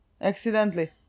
accidentally